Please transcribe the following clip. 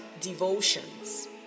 devotions